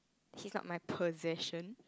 he's not my possession